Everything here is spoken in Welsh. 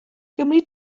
gymri